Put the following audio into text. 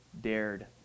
dared